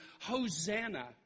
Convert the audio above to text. Hosanna